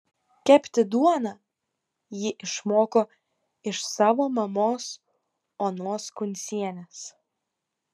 kepti duoną ji išmoko iš savo mamos onos kuncienės